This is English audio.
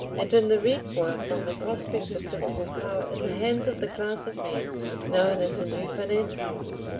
and in the recoil from the prospect of fiscal power in the hands of the class of men known as the new financiers,